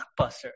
Blockbuster